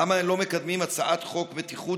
למה הם לא מקדמים הצעת חוק בטיחות,